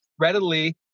readily